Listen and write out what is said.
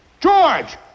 George